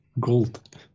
gold